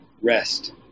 rest